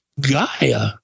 Gaia